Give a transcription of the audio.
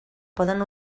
poden